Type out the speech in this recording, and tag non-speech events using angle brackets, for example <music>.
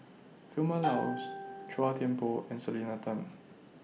Vilma Laus <noise> Chua Thian Poh and Selena Tan